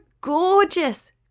gorgeous